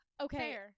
Okay